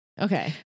okay